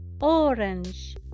orange